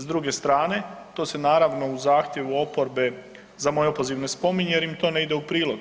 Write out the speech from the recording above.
S druge strane to se naravno u zahtjevu oporbe za moj opoziv ne spominje jer im to ne ide u prilog